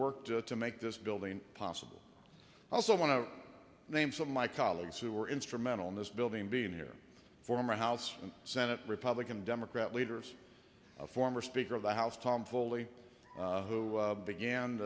worked to make this building possible i also want to name some my colleagues who were instrumental in this building being here former house and senate republican democrat leaders a former speaker of the house tom foley who began